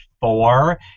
four